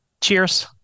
Cheers